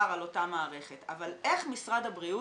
סדר היום: